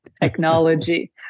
technology